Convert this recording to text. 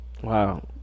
Wow